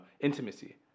Intimacy